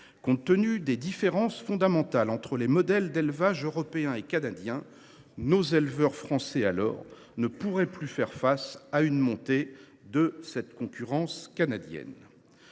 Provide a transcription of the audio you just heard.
Compte tenu des différences fondamentales entre les modèles d’élevage européen et canadien, nos éleveurs ne pourraient pas faire face à la montée de la concurrence canadienne